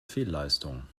fehlleistung